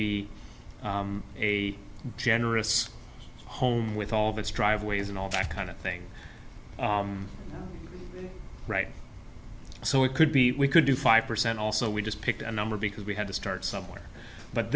be a generous home with all of its driveways and all that kind of thing right so it could be we could do five percent also we just picked a number because we had to start somewhere but